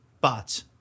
Bots